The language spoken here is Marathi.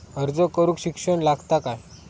अर्ज करूक शिक्षण लागता काय?